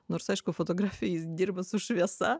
nors aišku fotografijoj jis dirba su šviesa